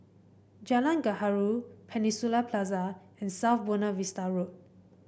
Jalan Gaharu Peninsula Plaza and South Buona Vista Road